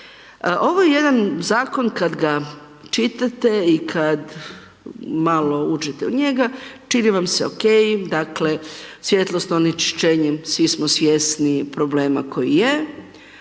Ovo je jedan Zakon kad ga čitate i kad malo uđete u njega, čini vam se okej, dakle, svjetlosno onečišćenje, svi smo svjesni problema koji je.